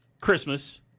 Christmas